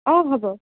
অঁ হ'ব